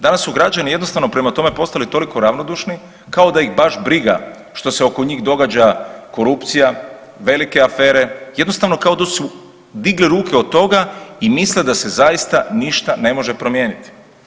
Danas su građani jednostavno prema tome postali toliko ravnodušni kao da ih baš briga što se oko njih događa korupcija, velike afere, jednostavno kao da su digli ruke od toga i misle da se zaista ništa ne može promijeniti.